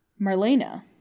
Marlena